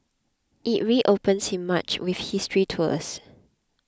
it reopens in March with history tours